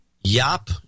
Yap